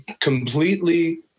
completely